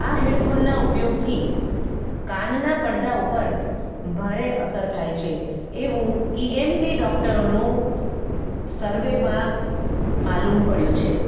આ હેડફોનના ઉપયોગથી કાનના પડદા ઉપર ભારે અસર થાય છે એવું ઈએનટી ડૉક્ટરોનું સર્વેમાં માલુમ પડ્યું છે